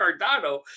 Cardano